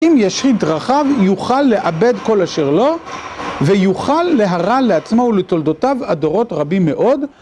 אם ישחית דרכיו יוכל לאבד כל אשר לו, ויוכל להרע לעצמו ולתולדותיו עד דורות רבים מאוד